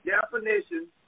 definition